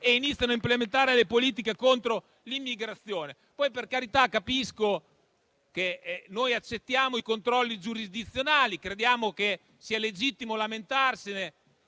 e iniziano a implementare le politiche contro l'immigrazione. Per carità, noi accettiamo i controlli giurisdizionali. Crediamo che sia legittimo lamentarsene.